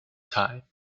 time